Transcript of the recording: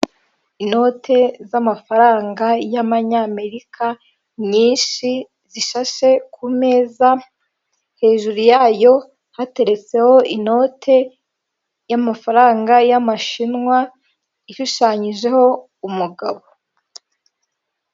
Inote z'amafaranga y'amanyamerika nyinshi zishashe ku meza, hejuru yayo hateretseho inote y'amafaranga y'amashinwa ishushanyijeho umugabo.